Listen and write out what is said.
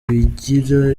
wigira